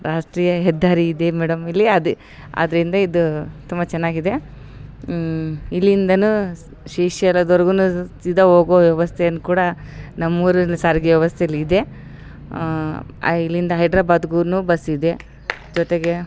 ರಾಷ್ಟ್ರೀಯ ಹೆದ್ದಾರಿ ಇದೆ ಮೇಡಮ್ ಇಲ್ಲಿ ಅದು ಅದರಿಂದ ಇದು ತುಂಬ ಚೆನ್ನಾಗ್ ಇದೆ ಇಲ್ಲಿಂದ ಶಿಶ್ಯರ ದರ್ಗುನು ಸೀದ ಹೋಗುವ ವ್ಯವಸ್ಥೆಯನ್ನು ಕೂಡ ನಮ್ಮೂರಿನ ಸಾರಿಗೆ ವ್ಯವಸ್ಥೆಲ್ಲಿದೆ ಅಯ್ ಇಲ್ಲಿಂದ ಹೈಡ್ರಾಬಾದ್ಗು ಬಸ್ ಇದೆ ಜೊತೆಗೆ